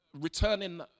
returning